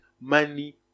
money